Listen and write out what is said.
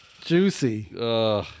Juicy